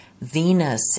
Venus